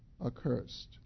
accursed